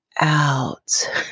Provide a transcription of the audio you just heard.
out